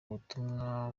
ubutumwa